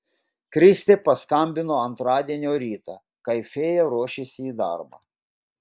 kristė paskambino antradienio rytą kai fėja ruošėsi į darbą